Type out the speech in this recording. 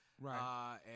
Right